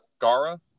Gara